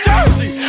Jersey